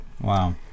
Wow